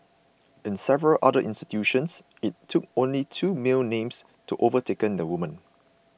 in several other institutions it took only two male names to overtaken the women